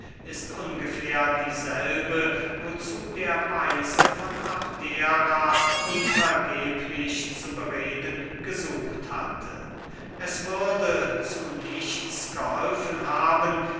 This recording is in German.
ist ungefähr dieselbe wozu der weise von abdera ihn vergeblich zu bereden gesucht hatte es würde zu nichts geholfen haben